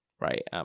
right